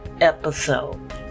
episode